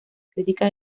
críticas